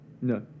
no